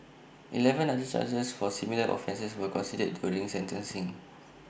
Eleven other charges for similar offences were considered during sentencing